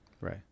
Right